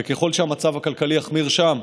וככל שהמצב הכלכלי יחמיר שם,